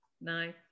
No